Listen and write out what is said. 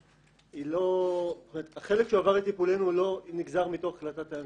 לא נגזר מתוך החלטת הממשלה.